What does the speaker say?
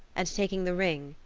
and taking the ring,